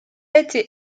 été